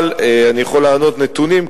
אבל אני יכול לענות בנתונים,